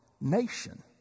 nation